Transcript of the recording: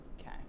Okay